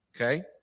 okay